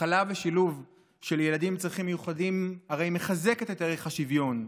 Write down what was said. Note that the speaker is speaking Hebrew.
הכלה ושילוב של ילדים עם צרכים מיוחדים הרי מחזקת את ערך השוויון,